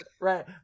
right